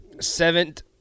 seventh